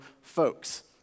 folks